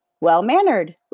Well-mannered